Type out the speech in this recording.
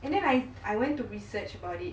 and then I I went to research about it